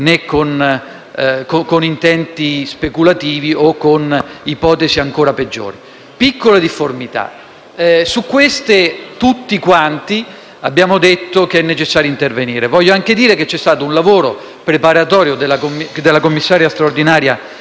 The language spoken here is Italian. con intenti speculativi o ipotesi ancora peggiori. Si tratta, quindi, di piccole difformità su cui tutti quanti abbiamo detto che è necessario intervenire. Voglio anche dire che c'è stato un lavoro preparatorio che la commissaria straordinaria